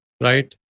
right